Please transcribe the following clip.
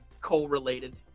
coal-related